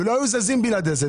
והם לא היו זזים בלעדי זה.